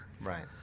Right